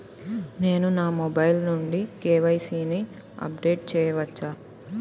నేను నా మొబైల్ నుండి కే.వై.సీ ని అప్డేట్ చేయవచ్చా?